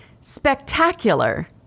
spectacular